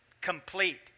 complete